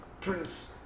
Prince